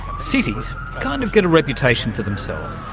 cities kind of get a reputation for themselves,